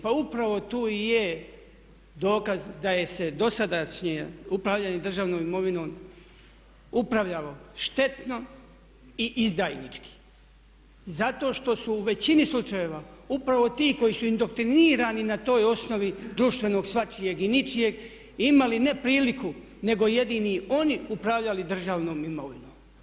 Pa upravo tu i je dokaz da se dosadašnje upravljanje državnom imovinom upravljalo štetno i izdajnički zato što su u većini slučajeva upravo ti koji su indoktrinirani na toj osnovi društvenog, svačijeg i ničijeg imali ne priliku, nego jedini oni upravljali državnom imovinom.